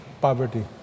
poverty